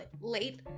late